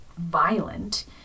violent